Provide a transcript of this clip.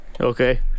Okay